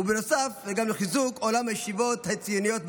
ובנוסף, גם מחיזוק עולם הישיבות הציוניות בארץ.